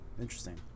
interesting